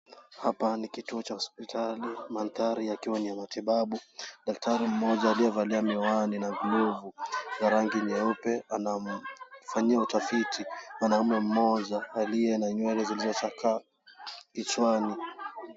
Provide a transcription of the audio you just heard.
Hapa ni kituo cha hospitali, mandhari yakiwa ni ya matibabu. Daktari mmoja aliyevalia miwani na glovu ya rangi nyeupe, anamfanyia utafiti mwanaume mmoja aliye na nywele zilizochakaa kichwani.